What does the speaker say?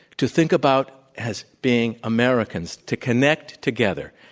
to think about as being americans, to connect together,